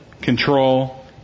Control